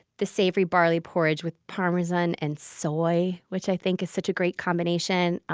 the savory barley porridge with parmesan and soy, which i think is such a great combination.